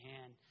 hand